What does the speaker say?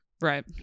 Right